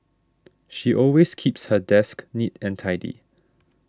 she always keeps her desk neat and tidy